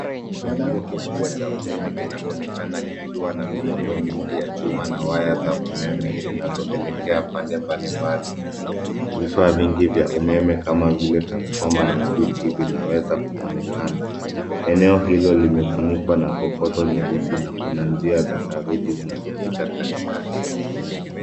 Kituo kikubwa cha umeme kinaonekana kikiwa na miundo mingi ya chuma na waya za umeme zinazoelekea pande mbalimbali. Vifaa vingi vya umeme kama vile transfoma na swichi vinaweza kuonekana. Eneo hilo limefunikwa na kokoto nyeusi na kuna njia za saruji zinazopita katikati.